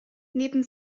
neben